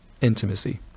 intimacy